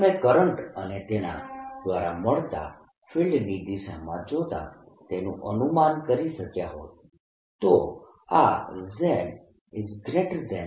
તમે કરંટ અને તેના દ્વારા મળતા ફિલ્ડની દિશા જોતા તેનું અનુમાન કરી શક્યા હોત